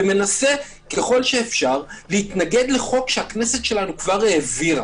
ומנסה ככל האפשר להתנגד לחוק שהכנסת שלנו כבר העבירה.